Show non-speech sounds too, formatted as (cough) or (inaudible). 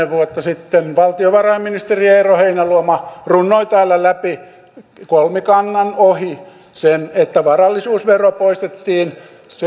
(unintelligible) vuotta sitten valtiovarainministeri eero heinäluoma runnoi täällä läpi kolmikannan ohi sen että varallisuusvero poistettiin